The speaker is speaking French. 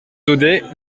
daudet